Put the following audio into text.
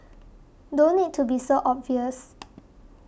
don't need to be so obvious